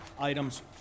items